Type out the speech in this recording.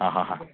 അ ഹാ ഹാ